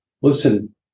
listen